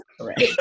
correct